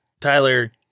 Tyler